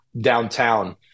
downtown